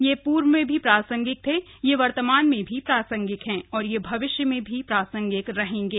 ये पूर्व में भी प्रासंगिक थे ये वर्तमान में भी प्रासंगिक हैं और ये भविष्य में भी प्रासंगिक रहेंगे